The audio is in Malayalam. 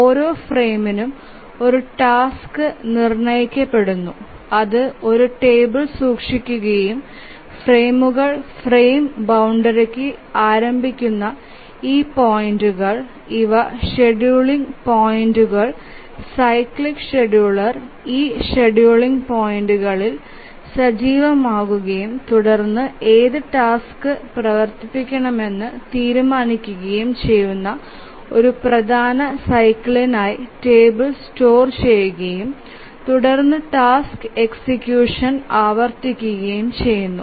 ഓരോ ഫ്രെയിമിനും ഒരു ടാസ്ക് നിർണ്ണയിക്കപ്പെടുന്നു അത് ഒരു ടേബിൾ സൂക്ഷിക്കുകയും ഫ്രെയിമുകൾ ഫ്രെയിം ബൌണ്ടറിസ് ആരംഭിക്കുന്ന ഈ പോയിന്റുകൾ ഇവ ഷെഡ്യൂളിംഗ് പോയിന്റുകൾ സൈക്ലിക് ഷെഡ്യൂളർ ഈ ഷെഡ്യൂളിംഗ് പോയിന്റുകളിൽ സജീവമാവുകയും തുടർന്ന് ഏത് ടാസ്ക് പ്രവർത്തിപ്പിക്കണമെന്ന് തീരുമാനിക്കുകയും ചെയ്യുന്നു ഒരു പ്രധാന സൈക്കിളിനായി ടേബിൾ സ്റ്റോർ ചെയുകയും തുടർന്ന് ടാസ്ക് എക്സിക്യൂഷൻ ആവർത്തിക്കുകയും ചെയ്യുന്നു